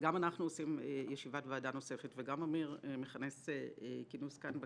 שגם אנחנו עושים ישיבת ועדה נוספת וגם אמיר מכנס כינוס כאן בכנסת.